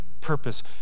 purpose